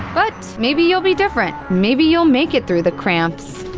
but maybe you'll be different. maybe you'll make it through the cramps.